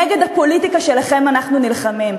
נגד הפוליטיקה שלכם אנחנו נלחמים,